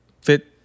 fit